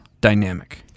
dynamic